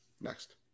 next